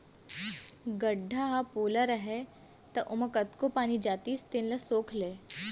गड्ढ़ा ह पोला रहय त ओमा कतको पानी जातिस तेन ल सोख लय